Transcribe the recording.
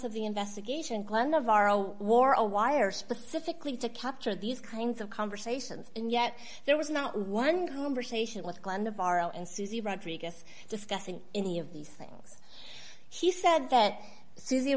of the investigation glenn navarro wore a wire specifically to capture these kinds of conversations and yet there was not one conversation with glen to borrow and susie rodriguez discussing any of these things he said that suzy